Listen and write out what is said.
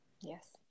Yes